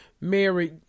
Mary